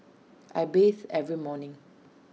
I bathe every morning